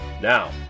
Now